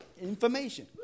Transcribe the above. Information